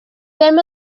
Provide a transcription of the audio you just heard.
ddim